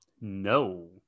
No